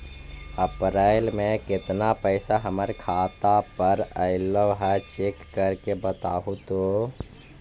अप्रैल में केतना पैसा हमर खाता पर अएलो है चेक कर के बताहू तो?